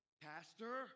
Pastor